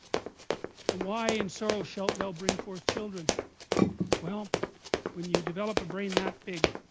why in sorrow shalt thou bring forth children well when you develop a brain that big?